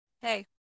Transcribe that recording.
Hey